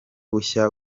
bushya